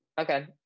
Okay